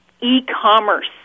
e-commerce